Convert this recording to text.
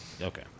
Okay